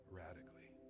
radically